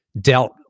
dealt